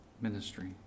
ministry